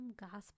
gospel